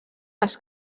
les